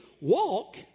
Walk